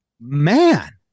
man